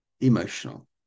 emotional